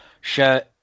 shirt